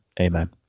Amen